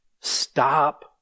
Stop